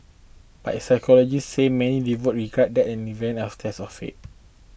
but sociologists say many devotees regard that in event as a test of faith